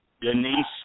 Denise